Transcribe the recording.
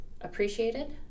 appreciated